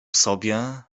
sobie